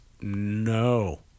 no